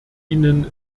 ihnen